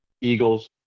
eagles